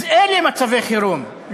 אלה מצבי חירום,